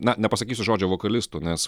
na nepasakysiu žodžio vokalistų nes